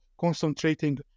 concentrating